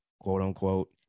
quote-unquote